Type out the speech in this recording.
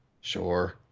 Sure